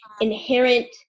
inherent